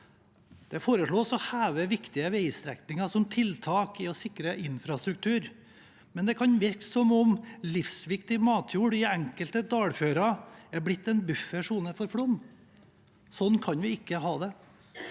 Det foreslås å heve viktige vegstrekninger som tiltak for å sikre infrastruktur, men det kan virke som om livsviktig matjord i enkelte dalfører er blitt en buffersone for flom. Sånn kan vi ikke ha det.